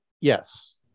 Yes